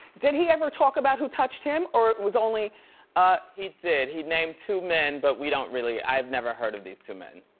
did he ever talk about who touched him or it was only ah he did. he named two men, but we don't really, i've never heard of these two men.